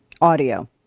audio